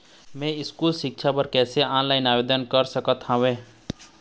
मैं स्कूल सिक्छा बर कैसे ऑनलाइन आवेदन कर सकत हावे?